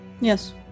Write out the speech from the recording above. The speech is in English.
Yes